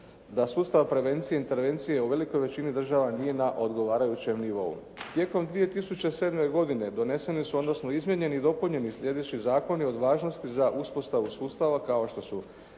da sustav prevencije intervencije u velikoj većini država nije na odgovarajućem nivou. Tijekom 2007. godine doneseni su, odnosno izmijenjeni i dopunjeni sljedeći zakoni od važnosti za uspostavu sustava kao što su